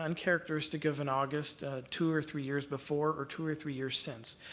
uncharacteristic of an august two or three years before, or two or three years since.